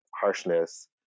harshness